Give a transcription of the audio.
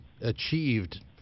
achieved